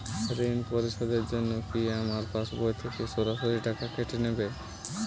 ঋণ পরিশোধের জন্য কি আমার পাশবই থেকে সরাসরি টাকা কেটে নেবে?